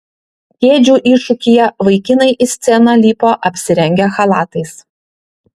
kėdžių iššūkyje vaikinai į sceną lipo apsirengę chalatais